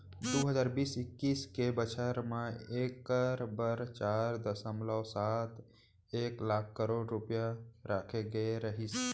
दू हजार बीस इक्कीस के बछर म एकर बर चार दसमलव सात एक लाख करोड़ रूपया राखे गे रहिस